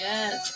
Yes